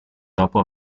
dopo